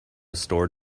store